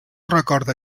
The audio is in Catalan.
recorda